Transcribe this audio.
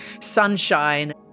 sunshine